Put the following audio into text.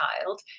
child